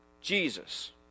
Jesus